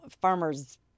farmers